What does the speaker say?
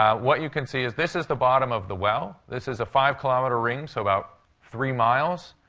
um what you can see is, this is the bottom of the well. this is a five kilometer ring, so about three miles.